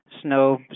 Snow